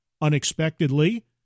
unexpectedly